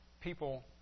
people